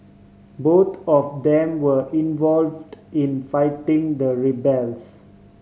both of them were involved in fighting the rebels